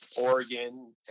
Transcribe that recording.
Oregon